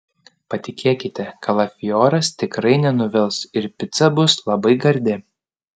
patikėkite kalafioras tikrai nenuvils ir pica bus labai gardi